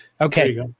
Okay